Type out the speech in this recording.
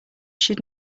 should